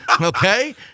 okay